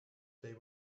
they